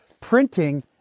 printing